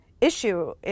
issue